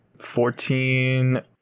Fourteen